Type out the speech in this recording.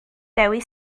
dewi